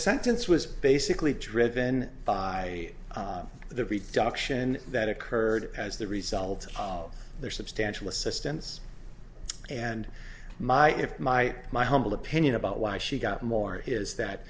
sentence was basically driven by the reduction that occurred as the result of their substantial assistance and my if my my humble opinion about why she got more is that